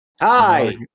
hi